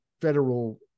federal